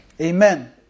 Amen